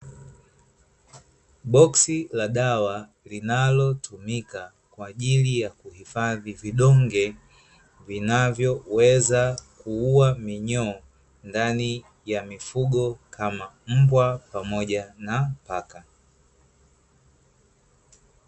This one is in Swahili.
Boksi la dawa linalotumika kwa ajili ya kuhifadhi vidonge, vinavyoweza kuua minyoo ndani ya mifugo, kama vile mbwa pamoja na paka.